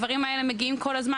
הדברים האלה מגיעים כל הזמן.